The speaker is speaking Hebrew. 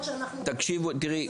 מה לעשות,